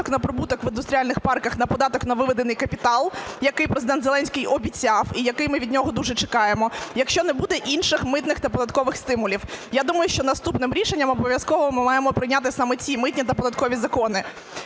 на прибуток в індустріальних парках на податок на виведений капітал, який Президент Зеленський обіцяв, і який ми від нього дуже чекаємо, якщо не буде інших митних та податкових стимулів. Я думаю, що наступним рішенням обов'язково ми маємо прийняти саме ці митні та податкові закони.